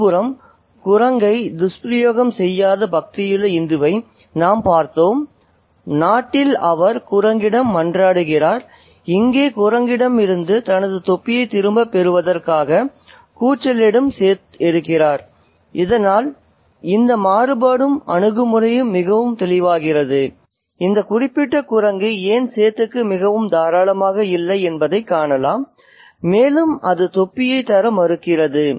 ஒருபுறம் குரங்கை துஷ்பிரயோகம் செய்யாத பக்தியுள்ள இந்துவை நாம் பார்த்தோம் நாட்டில் அவர் குரங்கிடம் மன்றாடுகிறார் இங்கே குரங்கிடமிருந்து தனது தொப்பியைத் திரும்பப் பெறுவதற்காக கூச்சலிடும் சேத் இருக்கிறார் அதனால் அந்த மாறுபாடும் அணுகுமுறையும் மிகவும் தெளிவாகிறது இந்த குறிப்பிட்ட குரங்கு ஏன் சேத்துக்கு மிகவும் தாராளமாக இல்லை என்பதைக் காணலாம் மேலும் அது தொப்பியைத் தர மறுக்கிறது